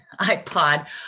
ipod